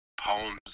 poems